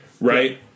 Right